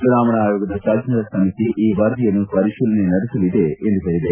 ಚುನಾವಣಾ ಆಯೋಗದ ತಜ್ಞರ ಸಮಿತಿ ಈ ವರದಿಯನ್ನು ಪರಿಶೀಲನೆ ನಡೆಸಲಿದೆ ಎಂದು ಹೇಳಿದೆ